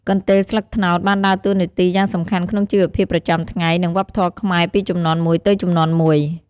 កន្ទេលស្លឹកត្នោតបានដើរតួនាទីយ៉ាងសំខាន់ក្នុងជីវភាពប្រចាំថ្ងៃ និងវប្បធម៌ខ្មែរពីជំនាន់មួយទៅជំនាន់មួយ។